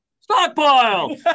Stockpile